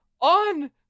on